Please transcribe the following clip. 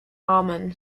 aman